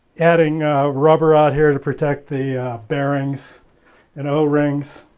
adding rubber out here to protect the bearings and o rings